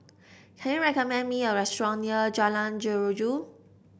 can you recommend me a restaurant near Jalan Jeruju